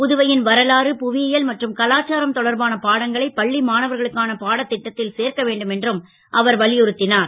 புதுவை ன் வரலாறு புவி யல் மற்றும் கலாச்சாரம் தொடர்பான பாடங்களை பள்ளி மாணவர்களுக்கான பாடத் ட்டத் ல் சேர்க்க வேண்டும் என்றும் அவர் வலியுறுத் னார்